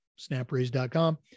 snapraise.com